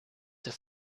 der